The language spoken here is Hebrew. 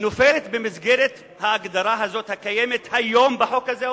נופלת במסגרת ההגדרה הזאת הקיימת היום בחוק הזה,